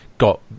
got